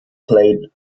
played